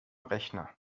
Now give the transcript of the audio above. rechner